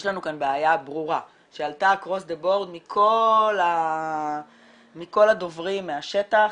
יש לנו כאן בעיה ברורה שעלתה אקרוס דה בורד מכל הדוברים: מהשטח,